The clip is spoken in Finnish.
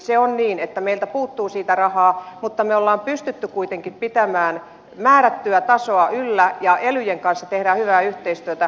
se on niin että meiltä puuttuu siitä rahaa mutta me olemme pystyneet kuitenkin pitämään määrättyä tasoa yllä ja elyjen kanssa tehdään hyvää yhteistyötä